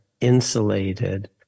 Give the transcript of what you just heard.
insulated